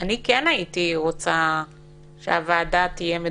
כן הייתי רוצה שהוועדה תהיה מדווחת.